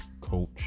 Coach